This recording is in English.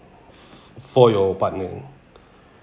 for your partner